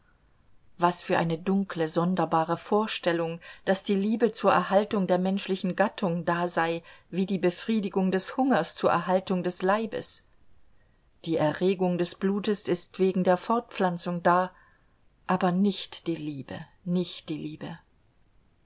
was für eine dunkle sonderbare vorstellung daß die liebe zur erhaltung der menschlichen gattung da sei wie die befriedigung des hungers zur erhaltung des leibes die erregung des blutes ist wegen der fortpflanzung da aber nicht die liebe nicht die liebe